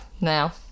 now